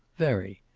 very.